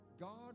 God